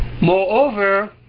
moreover